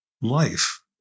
life